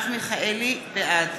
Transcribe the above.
בעד